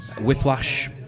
Whiplash